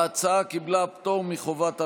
ההצעה קיבלה פטור מחובת הנחה,